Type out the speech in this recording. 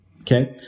Okay